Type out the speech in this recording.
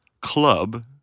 club